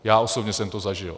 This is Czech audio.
Já osobně jsem to zažil.